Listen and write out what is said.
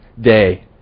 day